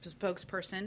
spokesperson